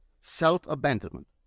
Self-abandonment